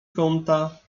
kąta